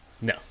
No